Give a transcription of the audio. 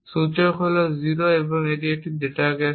সূচক 0 হল একটি ডেটা ক্যাশে